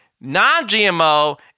non-GMO